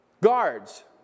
guards